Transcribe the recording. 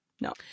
no